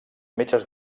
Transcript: metges